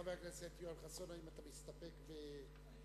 חבר הכנסת יואל חסון, האם אתה מסתפק בתשובת השר?